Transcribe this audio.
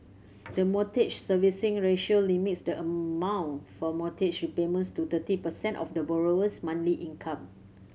the Mortgage Servicing Ratio limits the amount for mortgage repayments to thirty percent of the borrower's monthly income